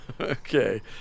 Okay